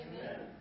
Amen